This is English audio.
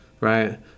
right